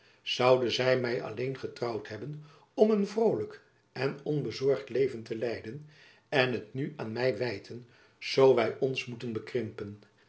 zoude zy my alleen getrouwd hebben om een vrolijk en onbezorgd leven te leiden en het nu aan my wijten zoo wy ons moeten